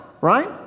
Right